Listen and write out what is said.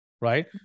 right